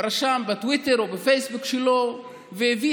רשם בטוויטר או בפייסבוק שלו והביא